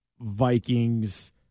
Vikings